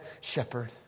shepherd